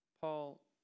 Paul